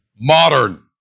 modern